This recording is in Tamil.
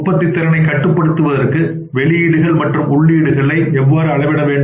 உற்பத்தித்திறனைக் கட்டுப்படுத்துவதற்கு வெளியீடுகள் மற்றும் உள்ளீடுகளை எவ்வாறு அளவிட வேண்டும்